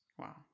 Wow